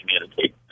community